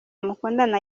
mukundana